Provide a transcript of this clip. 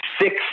six